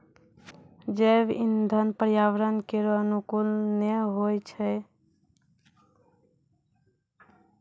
जैव इंधन पर्यावरण केरो अनुकूल नै होय छै